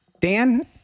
Dan